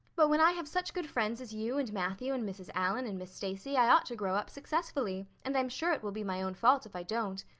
but when i have such good friends as you and matthew and mrs. allan and miss stacy i ought to grow up successfully, and i'm sure it will be my own fault if i don't.